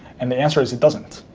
and the answer is, it doesn't.